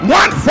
one